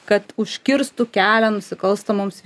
kad užkirstų kelią nusikalstamoms